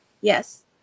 Yes